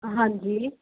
ਹਾਂਜੀ